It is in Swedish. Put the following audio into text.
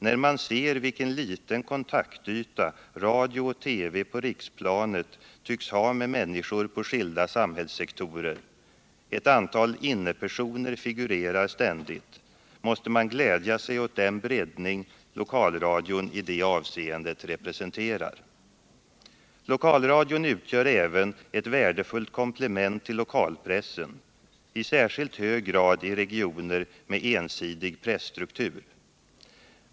När man ser vilken liten kontaktyta radio och TV på riksplanet tycks ha med människor inom skilda samhällssektorer — ett antal inne-personer figurerar ständigt — måste man glädja sig åt den breddning lokalradion i det avseendet representerar. Lokalradion utgör även ett värdefullt komplement till lokalpressen — i särskilt hög grad i regioner med ensidig presstruktur.